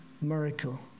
miracle